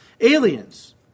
aliens